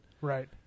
right